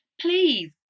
please